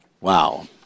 Wow